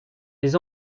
les